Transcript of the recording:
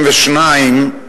92)